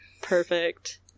Perfect